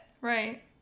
Right